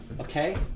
okay